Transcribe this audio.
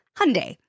Hyundai